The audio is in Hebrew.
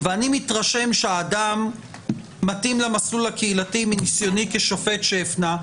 ואני מתרשם שהאדם מתאים למסלול הקהילתי מניסיוני כשופט שהפנה,